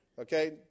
Okay